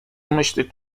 myśleć